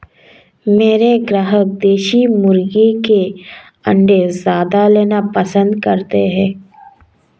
मेरे ग्राहक देसी मुर्गी के अंडे ज्यादा लेना पसंद करते हैं